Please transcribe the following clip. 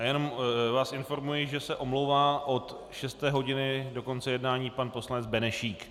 A jenom vás informuji, že se omlouvá od šesté hodiny do konce jednání pan poslanec Benešík.